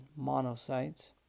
monocytes